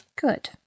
Good